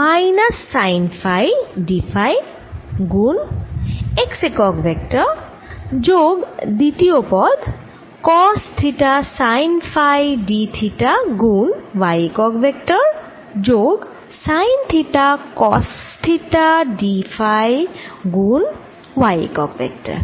minus sine phi d phi গুণ x একক vector যোগ দ্বিতীয় পদ cos theta sine phi d theta গুণ y একক ভেক্টর যোগ sine theta cos theta d phi গুণ y একক ভেক্টর